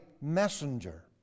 messenger